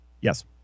Yes